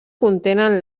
contenen